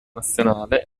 nazionale